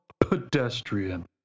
pedestrian